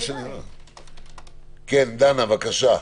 לימור לוי,